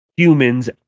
humans